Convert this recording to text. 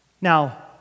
Now